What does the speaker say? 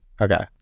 Okay